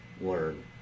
learn